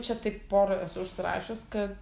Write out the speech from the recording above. čia taip pora esu užsirašius kad